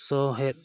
ᱥᱚᱦᱮᱫ